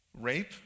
Rape